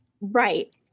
Right